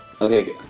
Okay